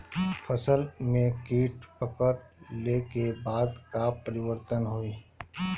फसल में कीट पकड़ ले के बाद का परिवर्तन होई?